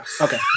Okay